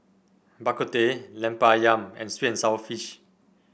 Bak Kut Teh Lemper ayam and sweet and sour fish